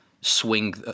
swing